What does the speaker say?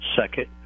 second